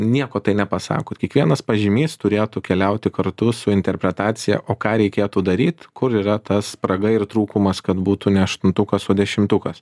nieko tai nepasako ir kiekvienas pažymys turėtų keliauti kartu su interpretacija o ką reikėtų daryt kur yra ta spraga ir trūkumas kad būtų ne aštuntukas o dešimtukas